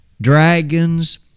Dragons